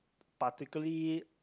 particularly